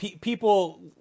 people